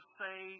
say